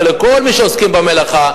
ולכל מי שעוסקים במלאכה: